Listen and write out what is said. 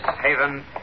Haven